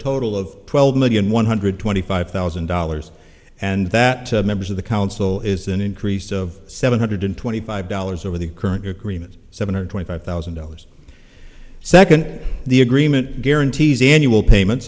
total of twelve million one hundred twenty five thousand dollars and that members of the council is an increase of seven hundred twenty five dollars over the current agreement seven hundred twenty five thousand dollars second the agreement guarantees annual payments